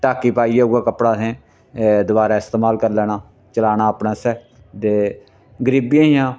टाकी पाइयै उ'यै कपड़ा असें दबारा इस्तमाल करी लैना चलाना अपने आस्तै ते गरीबी हियां